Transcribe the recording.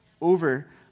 over